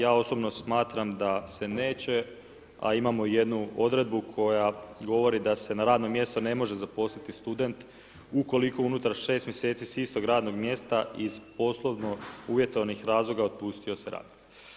Ja osobno smatram da se neće, a imamo jednu odredbu, koja govori, da se na radnom mjestu ne može zaposliti student, ukoliko unutar 6 mj. s istog radnog mjesta iz poslovno uvjetovanih razloga, otpustio se radnik.